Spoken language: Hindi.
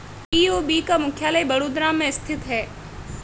बी.ओ.बी का मुख्यालय बड़ोदरा में स्थित है